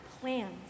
plans